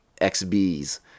XBs